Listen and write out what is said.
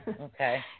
Okay